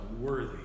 worthy